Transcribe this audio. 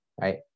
right